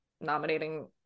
nominating